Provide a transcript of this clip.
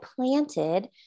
planted